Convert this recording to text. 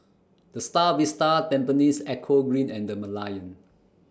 The STAR Vista Tampines Eco Green and The Merlion